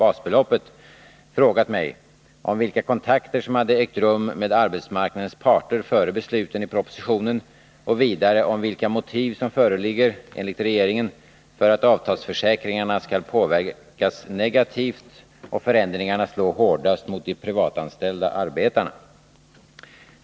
basbeloppet — frågat mig om vilka kontakter som hade ägt rum med arbetsmarknadens parter före besluten i propositionen och vidare om vilka motiv som enligt regeringen föreligger för att avtalsförsäkringarna skall påverkas negativt och förändringarna slå hårdast mot de privatanställda arbetarna.